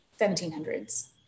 1700s